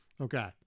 Okay